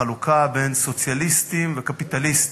על חלוקה בין סוציאליסטים לקפיטליסטים,